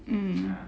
mm